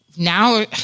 Now